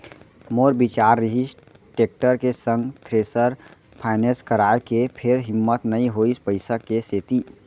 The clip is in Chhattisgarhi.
मोर बिचार रिहिस टेक्टर के संग थेरेसर फायनेंस कराय के फेर हिम्मत नइ होइस पइसा के सेती